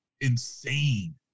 insane